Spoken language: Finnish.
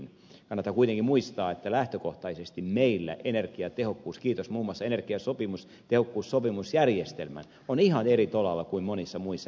kannattaa kuitenkin muistaa että lähtökohtaisesti meillä energiatehokkuus kiitos muun muassa energiatehokkuussopimusjärjestelmän on ihan eri tolalla kuin monissa muissa eurooppalaisissa maissa